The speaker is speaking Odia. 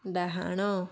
ଡାହାଣ